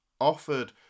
offered